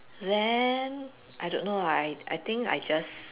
lamb I don't know lah I think I just